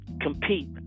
compete